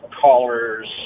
callers